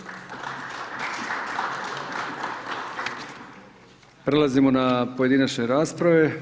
Prelazimo na pojedinačne rasprave.